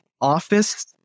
office